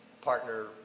partner